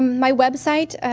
my website, ah